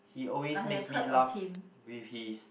he always makes me laugh with his